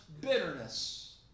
bitterness